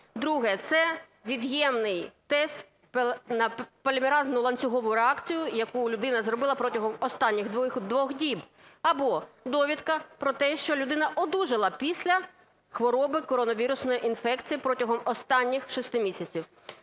Друге. Це від'ємний тест на полімеразну ланцюгову реакцію, яку людина зробила протягом останніх двох діб. Або довідка про те, що людина одужала після хвороби коронавірусної інфекції протягом останніх шести місяців.